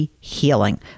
healing